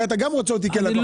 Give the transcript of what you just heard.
הרי גם אתה רוצה אותי כלקוח.